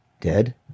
Dead